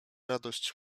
radość